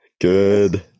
Good